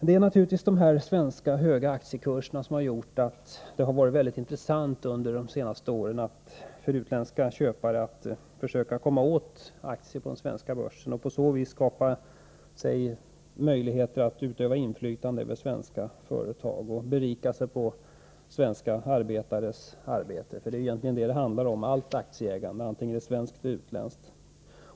Det är naturligtvis de höga svenska aktiekurserna som har gjort att det under de senaste åren varit mycket intressant för utländska köpare att försöka komma åt aktier på den svenska börsen och på så sätt skapa sig möjligheter att utöva inflytande över svenska företag och berika sig på svenska arbetares arbete, för det är egentligen vad allt aktieägande handlar om, oavsett om det är svenskt eller utländskt.